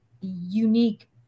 unique